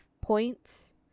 points